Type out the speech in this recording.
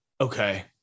Okay